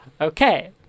Okay